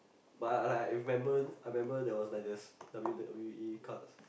but I like remember I remember there was like this W_W_E cards